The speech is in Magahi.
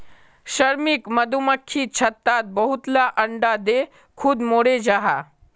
श्रमिक मधुमक्खी छत्तात बहुत ला अंडा दें खुद मोरे जहा